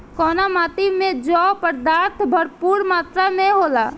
कउना माटी मे जैव पदार्थ भरपूर मात्रा में होला?